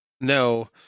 No